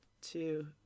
two